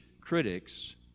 critics